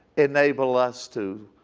enabled us to